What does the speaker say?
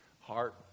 heart